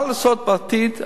מה לעשות בעתיד?